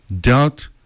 Doubt